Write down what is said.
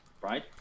right